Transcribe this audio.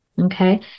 Okay